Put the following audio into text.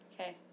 Okay